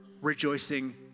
rejoicing